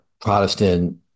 Protestant